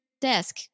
desk